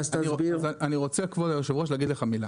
אדוני היושב-ראש, אני רוצה להגיד לך מילה.